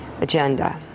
agenda